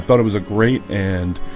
but it was a great and